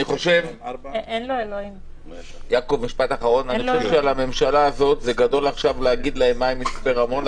אני חושב שגדול על הממשלה הזאת להגיד לה מה עם מצפה רמון,